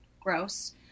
gross